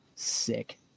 sick